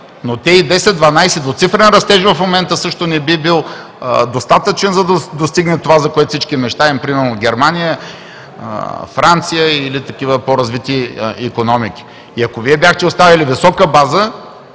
но и 10 – 12% цифрен растеж в момента също не би бил достатъчен, за да достигнем това, за което всички мечтаем – примерно Германия, Франция, или такива по-развити икономики. И ако Вие бяхте оставили висока база,